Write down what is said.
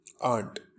aunt